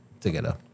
together